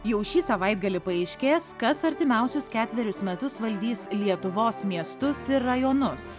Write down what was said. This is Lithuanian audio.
jau šį savaitgalį paaiškės kas artimiausius ketverius metus valdys lietuvos miestus ir rajonus